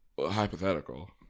hypothetical